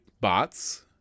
bots